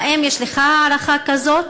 האם יש לך הערכה כזאת?